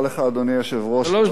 שלוש דקות.